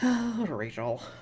rachel